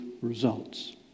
results